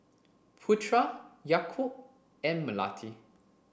Putra Yaakob and Melati